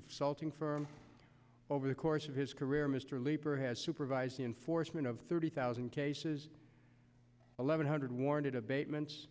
consulting firm over the course of his career mr leeper has supervised the enforcement of thirty thousand cases eleven hundred warranted abatements